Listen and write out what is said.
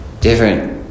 different